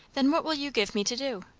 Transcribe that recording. then what will you give me to do?